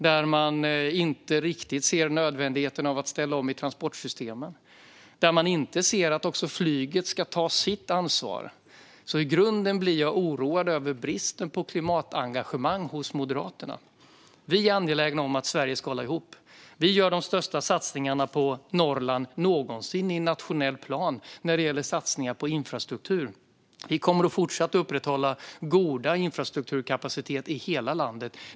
De ser inte riktigt nödvändigheten av att ställa om i transportsystemen, och de ser inte att också flyget ska ta sitt ansvar. Jag blir därför i grunden oroad över bristen på klimatengagemang hos Moderaterna. Vi är angelägna om att Sverige ska hålla ihop. Vi gör de största satsningarna någonsin på Norrland i en nationell plan när det gäller infrastruktur. Vi kommer att fortsätta att upprätthålla god infrastrukturkapacitet i hela landet.